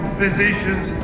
physicians